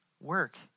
work